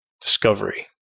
discovery